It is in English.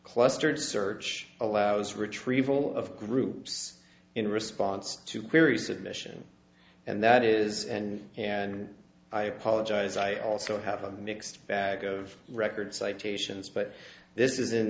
clustered search allows retrieval of groups in response to queries submission and that is and and i apologize i also have a mixed bag of record citations but this is in